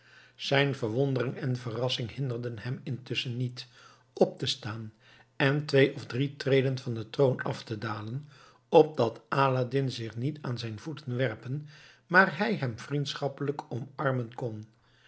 zijn verwondering en verrassing hinderden hem intusschen niet op te staan en twee of drie treden van den troon af te dalen opdat aladdin zich niet aan zijn voeten werpen maar hij hem vriendschappelijk omarmen kon